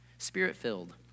Spirit-filled